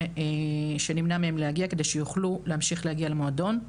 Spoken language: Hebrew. שנמנע מהם להגיע כדי שיוכלו להמשיך להגיע למועדון.